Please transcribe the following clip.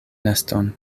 neston